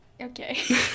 Okay